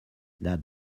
that